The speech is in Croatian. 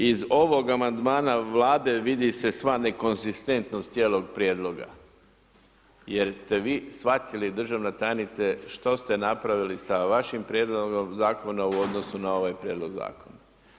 iz ovog amandmana vlade vidi se sva nekonzistentnost cijelog prijedloga, jer ste vi shvatili državna tajnice što ste napravili s vašim prijedlogom zakona, u odnosu na ovaj prijedlog zakona.